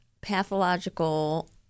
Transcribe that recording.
pathological